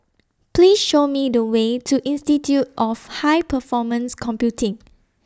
Please Show Me The Way to Institute of High Performance Computing